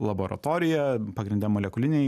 laboratorija pagrinde molekuliniai